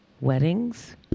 weddings